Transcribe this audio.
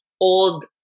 old